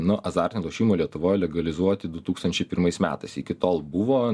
nu azartinių lošimų lietuvoj legalizuoti du tūkstančiai pirmais metais iki tol buvo